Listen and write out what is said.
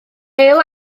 pêl